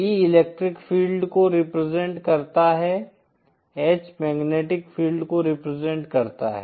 E electric field को represent करता है H मैग्नेटिक फील्ड को रिप्रेजेंट करता है